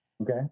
okay